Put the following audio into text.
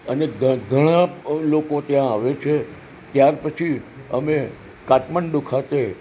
અને ઘ ઘણા લોકો ત્યાં આવે છે ત્યારપછી અમે કાઠમંડુ ખાતે